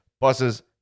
buses